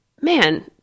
man